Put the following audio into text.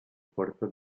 puerto